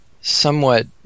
somewhat